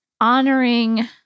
honoring